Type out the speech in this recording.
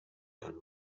done